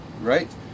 right